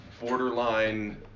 borderline